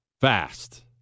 fast